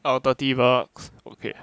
oh thirty bucks okay